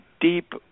deep